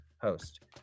host